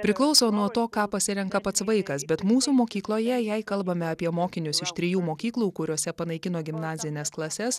priklauso nuo to ką pasirenka pats vaikas bet mūsų mokykloje jei kalbame apie mokinius iš trijų mokyklų kuriose panaikino gimnazines klases